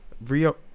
Rio